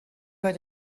was